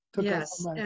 yes